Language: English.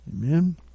Amen